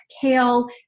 kale